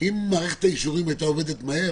אם מערכת האישורים הייתה עובדת מהר,